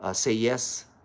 ah say yes.